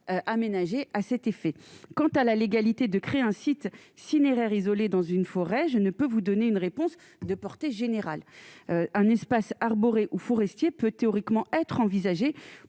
aménagé à cet effet, quant à la légalité, de créer un site cinéraires isolé dans une forêt, je ne peux vous donner une réponse de portée générale, un espace arboré ou forestiers peut théoriquement être envisagés